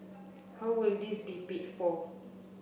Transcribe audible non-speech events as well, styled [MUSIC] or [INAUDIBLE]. how will this be [UNINTELLIGIBLE] for